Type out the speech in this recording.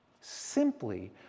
simply